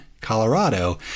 Colorado